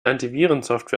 antivirensoftware